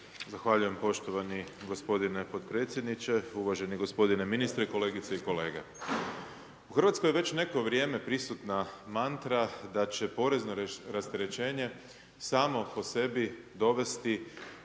Zahvaljujem poštovani gospodine potpredsjedniče. Uvaženi gospodine ministre, kolegice i kolege. U RH je već neko vrijeme prisutna mantra da će porezno rasterećenje samo po sebi dovesti